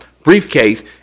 Briefcase